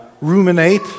ruminate